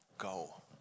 go